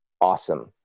awesome